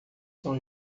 são